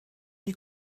die